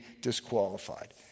disqualified